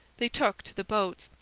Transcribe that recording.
they took to the boats,